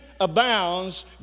abounds